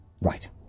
right